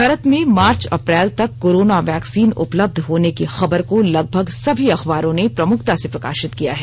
भारत में मार्च अप्रैल तक कोरोना वैक्सीन उपलब्ध होने की खबर को लगभग सभी अखबारों ने प्रमुखता से प्रकाशित किया है